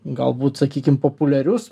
galbūt sakykim populiarius